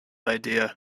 idea